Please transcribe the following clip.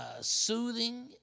soothing